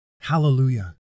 Hallelujah